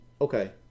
okay